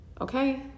okay